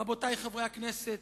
רבותי חברי הכנסת,